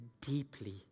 deeply